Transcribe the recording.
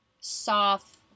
soft